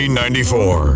1994